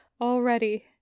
already